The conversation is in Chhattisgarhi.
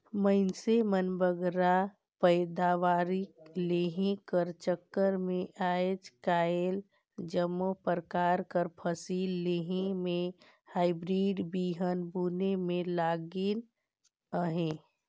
मइनसे मन बगरा पएदावारी लेहे कर चक्कर में आएज काएल जम्मो परकार कर फसिल लेहे में हाईब्रिड बीहन बुने में लगिन अहें